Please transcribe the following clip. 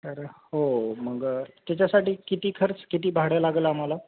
तर हो मग त्याच्यासाठी किती खर्च किती भाडं लागंल आम्हाला